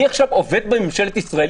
אני עובד עכשיו בממשלת ישראל?